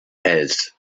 else